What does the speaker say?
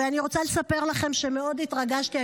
אני רוצה לספר לכם שמאוד התרגשתי.